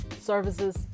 services